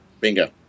Bingo